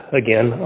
again